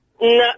No